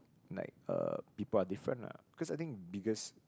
like uh people are different lah cause I think biggest